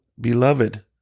beloved